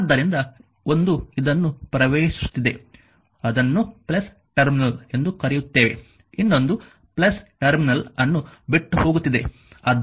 ಆದ್ದರಿಂದ ಒಂದು ಇದನ್ನು ಪ್ರವೇಶಿಸುತ್ತಿದೆ ಅದನ್ನು ಟರ್ಮಿನಲ್ ಎಂದು ಕರೆಯುತ್ತೇವೆ ಇನ್ನೊಂದು ಟರ್ಮಿನಲ್ ಅನ್ನುಬಿಟ್ಟು ಹೋಗುತ್ತಿದೆ